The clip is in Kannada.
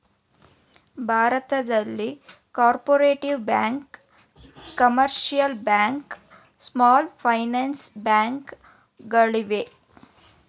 ಭಾರತದಲ್ಲಿ cooperative banks, commercial banks, small finance bank ಗಳು ಇವೆ